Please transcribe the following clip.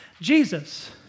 Jesus